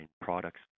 products